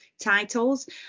Titles